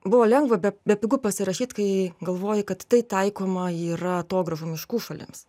buvo lengva be bepigu pasirašyt kai galvoji kad tai taikoma yra atogrąžų miškų šalims